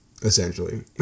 essentially